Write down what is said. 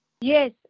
Yes